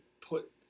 put